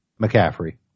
McCaffrey